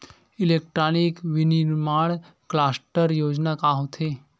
Electronic विनीर्माण cluster योजना का होथे?